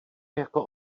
jako